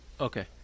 Okay